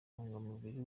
ntungamubiri